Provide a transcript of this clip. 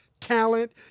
talent